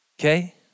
Okay